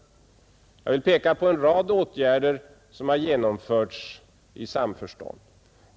En rad åtgärder har genomförts i samförstånd.